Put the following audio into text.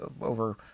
over